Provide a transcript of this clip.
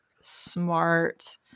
smart